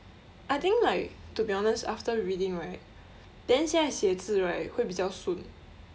I think like to be honest after reading right then 现在写字 right 会比较顺